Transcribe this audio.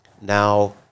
now